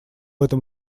этом